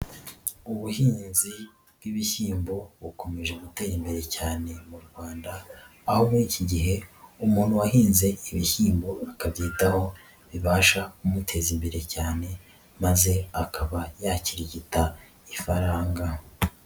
Ubuhinzi bw'ibishyimbo bukomeje gutera imbere cyane mu Rwanda aho muri iki gihe umuntu wahinze ibishyimbo akabyitaho bibasha kumuteza imbere cyane maze akaba yakirigita ifaranga.